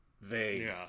vague